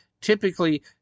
typically